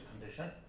condition